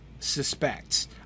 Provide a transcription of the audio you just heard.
suspects